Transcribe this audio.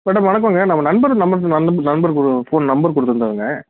madam வணக்கங்க நம்ம நண்பர் நண்பர் ஃபோன் நம்பர் கொடுத்துருந்தாங்க